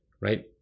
right